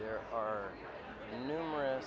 there are numerous